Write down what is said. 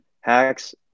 hacks